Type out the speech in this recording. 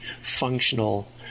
functional